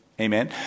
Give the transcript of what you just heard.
Amen